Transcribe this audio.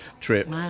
trip